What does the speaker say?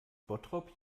bottrop